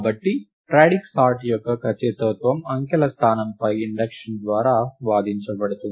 కాబట్టి radix sort యొక్క ఖచ్చితత్వం అంకెల స్థానంపై ఇండక్షన్ ద్వారా వాదించబడుతుంది